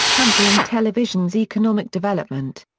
hampering television's economic development.